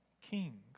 king